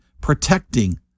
protecting